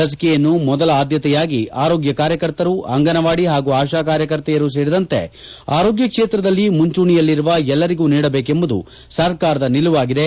ಲಿಸಿಕೆಯನ್ನು ಮೊದಲ ಆದ್ದತೆಯಾಗಿ ಆರೋಗ್ಯ ಕಾರ್ಯಕರ್ತರು ಅಂಗನವಾಡಿ ಹಾಗೂ ಆಶಾ ಕಾರ್ಯಕರ್ತೆಯರೂ ಸೇರಿದಂತೆ ಆರೋಗ್ಯ ಕ್ಷೇತ್ರದಲ್ಲಿ ಮುಂಚೂಣಿಯಲ್ಲಿರುವ ಎಲ್ಲರಿಗೂ ನೀಡಬೇಕೆಂಬುದು ಸರ್ಕಾರದ ನಿಲುವಾಗಿದೆ